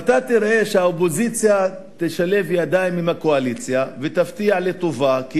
ואתה תראה שהאופוזיציה תשלב ידיים עם הקואליציה ותפתיע לטובה,